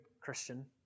Christian